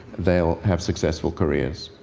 they'll have successful careers.